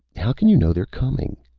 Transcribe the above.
how can you know they're coming?